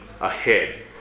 ahead